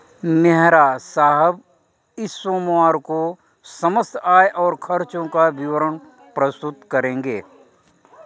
मेहरा साहब इस सोमवार को समस्त आय और खर्चों का विवरण प्रस्तुत करेंगे